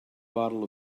bottle